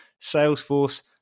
Salesforce